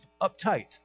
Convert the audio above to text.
uptight